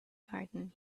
garden